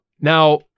Now